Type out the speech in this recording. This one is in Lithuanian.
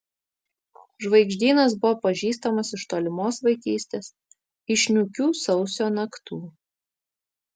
žvaigždynas buvo pažįstamas iš tolimos vaikystės iš niūkių sausio naktų